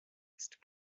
ist